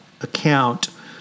account